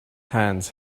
hands